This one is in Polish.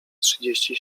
trzydzieści